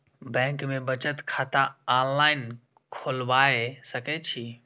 Bank में बचत खाता ऑनलाईन खोलबाए सके छी?